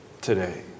today